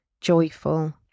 joyful